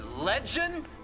legend